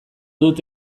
dut